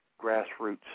grassroots